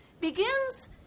begins